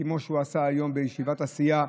כמו שהוא עשה היום בישיבת הסיעה,